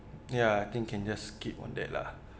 ya I think can just skip on that lah